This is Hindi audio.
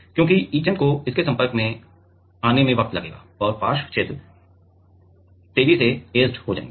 क्योंकि इचंट को इसके संपर्क में आने में वक्त लगेगा और पार्श्व क्षेत्र तेजी से ऐचेड हो जाएंगे